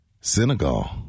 Senegal